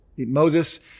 Moses